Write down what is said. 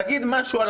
תגיד משהו על